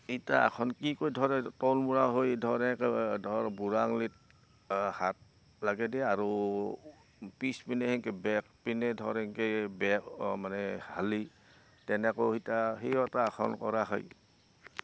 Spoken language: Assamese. এটা আসন কি কৰি ধৰে তলমোৰা হৈ ধৰ একে ধৰ বুঢ়া আঙুলিত হাত লাগে দে আৰু পিছপিনে তেনকৈ বেগ পিনে ধৰ এনেকৈ বেক অ মানে হালি তেনেকৈ সৈতা সেই এটা আসন কৰা হয়